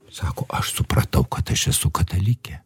sako aš supratau kad aš esu katalikė